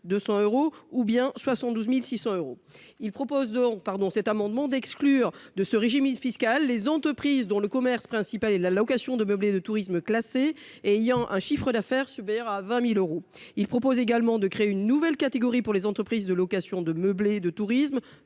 176200 euros ou bien, soit 112600 euros, il propose de pardon, cet amendement d'exclure de ce régime fiscal les entreprises dont le commerce principal et la location de meublés de tourisme classé et ayant un chiffre d'affaires subir à 20000 euros, il propose également de créer une nouvelle catégorie pour les entreprises de location de meublés de tourisme